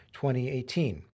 2018